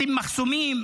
לשים מחסומים,